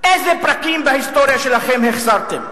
איזה פרקים בהיסטוריה שלכם החסרתם?